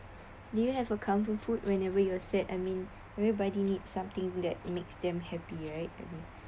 do you have a comfort food whenever you're sad I mean everybody need something that makes them happy right